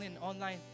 online